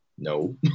No